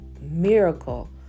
miracle